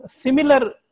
Similar